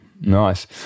Nice